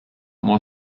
more